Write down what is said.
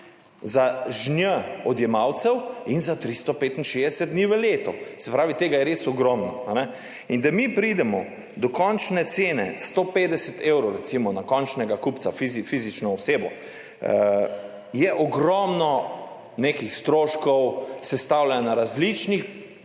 za žnj odjemalcev in za 365 dni v letu, se pravi, tega je res ogromno. Da mi pridemo do končne cene recimo 150 evrov na končnega kupca, fizično osebo, je ogromno nekih stroškov, sestavljanja različnih